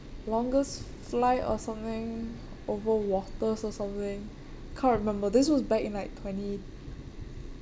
longest fly or something over water or something can't remember this was back in like twenty